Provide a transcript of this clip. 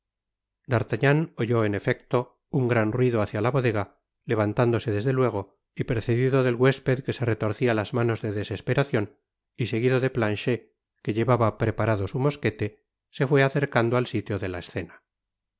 d'artagnan oyó en efecto un gran ruido hácia la bodega levantándose desde luego y precedido del huésped que se retorcía las manos de desesperacion y segnido de planchet que llevaba preparado su mosquete se fué acercando al sitio de la escena